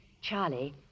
Charlie